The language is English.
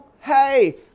Hey